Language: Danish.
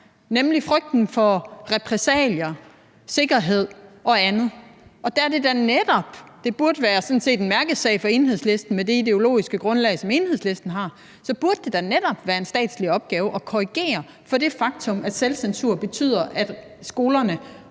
nemlig frygten for repressalier, sikkerhed og andet. Der er da netop – det burde sådan set være en mærkesag for Enhedslisten med det ideologiske grundlag, som Enhedslisten har – være en statslig opgave at korrigere for det faktum, at selvcensur betyder, at skolerne